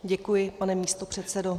Děkuji, pane místopředsedo.